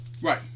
Right